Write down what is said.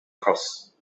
cross